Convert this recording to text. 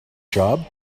job